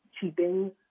keeping